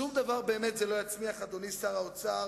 שום דבר באמת זה לא יצמיח, אדוני שר האוצר.